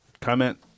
comment